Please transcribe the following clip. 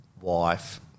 wife